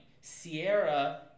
Sierra